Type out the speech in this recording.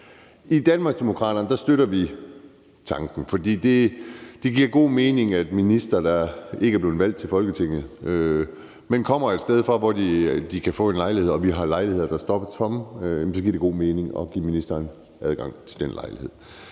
I Danmarksdemokraterne støtter vi tanken. For det giver god mening, at ministre, der ikke er blevet valgt til Folketinget, men kommer et sted fra, kan få en lejlighed. Vi har lejligheder, der står tomme, og så giver det god mening at give ministeren adgang til den lejlighed.